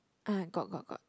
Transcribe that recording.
ah got got got